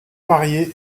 marié